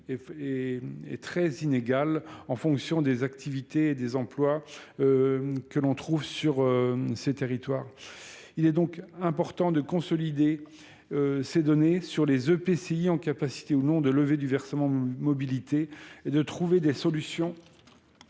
est très inégale en fonction des activités et des emplois. que l'on trouve sur ces territoires, il est donc important de consolider ces données sur les P. C I. en capacité ou non, de levée du versement mobilité et de trouver des solutions